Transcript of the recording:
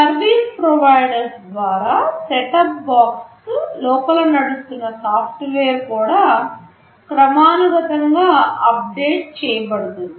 service providers ద్వారా set top box లోపల నడుస్తున్న సాఫ్ట్వేర్ కూడా క్రమానుగతంగా అప్ డేట్ చేయబడుతుంది